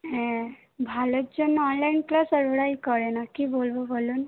হ্যাঁ ভালোর জন্য অনলাইন ক্লাস আর ওরাই করে না কী বলব বলুন